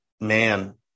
man